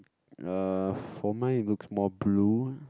uh for mine it looks more blue